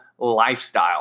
lifestyle